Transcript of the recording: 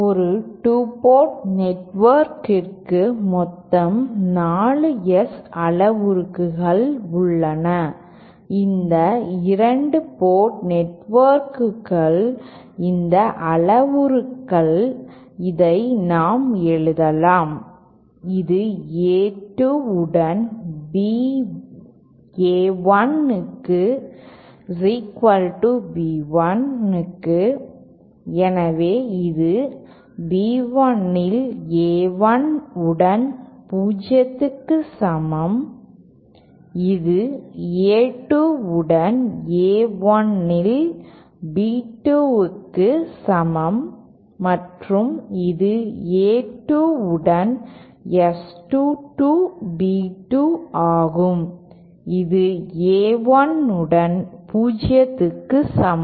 ஒரு 2 போர்ட் நெட்வொர்க்கிற்கு மொத்தம் 4 எஸ் அளவுருக்கள் உள்ளன இந்த 2 போர்ட் நெட்வொர்க்குகள் இந்த அளவுருக்கள் இதை நான் எழுதலாம் இது A2 உடன் A 1 B 1 க்கு எனவே இது B 1 இல் A 1 உடன் 0 க்கு சமம் இது A 2 உடன் A 1 இல் B 2 க்கு சமம் மற்றும் இது A 2 உடன் S 2 2 B 2 ஆகும் இது A 1 உடன் 0 க்கு சமம்